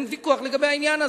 אין ויכוח לגבי העניין הזה.